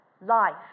Life